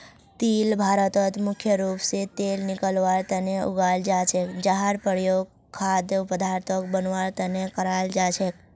तिल भारतत मुख्य रूप स तेल निकलवार तना उगाल जा छेक जहार प्रयोग खाद्य पदार्थक बनवार तना कराल जा छेक